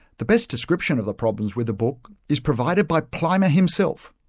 the best description of the problems with the book is provided by plimer himself.